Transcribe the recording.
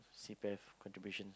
C_P_F contributions